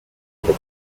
under